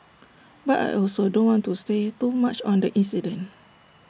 but I also don't want to say too much on the incident